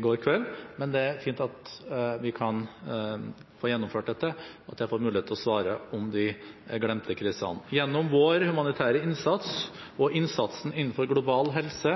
går kveld, men det er fint at vi kan få gjennomført dette, og at jeg får mulighet til å svare om de glemte krisene. Gjennom vår humanitære innsats og innsatsen innenfor global helse